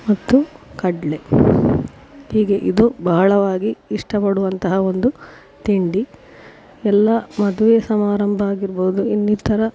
ಮತ್ತು ಕಡಲೆ ಹೀಗೆ ಇದು ಬಹಳವಾಗಿ ಇಷ್ಟಪಡುವಂತಹ ಒಂದು ತಿಂಡಿ ಎಲ್ಲ ಮದುವೆ ಸಮಾರಂಭ ಆಗಿರ್ಬೌದು ಇನ್ನಿತರ